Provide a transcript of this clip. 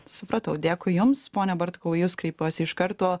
supratau dėkui jums pone bartkau į jus kreipiuosi iš karto